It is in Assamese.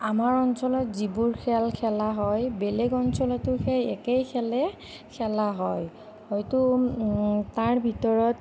আমাৰ অঞ্চলত যিবোৰ খেল খেলা হয় বেলেগ অঞ্চলতো সেই একেই খেলে খেলা হয় হয়তো তাৰ ভিতৰত